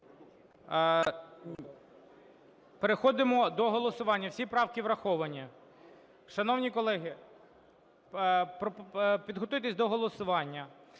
Переходимо до голосування, всі правки враховані. Шановні колеги, підготуйтеся до голосування.